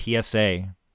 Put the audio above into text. PSA